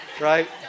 right